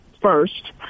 first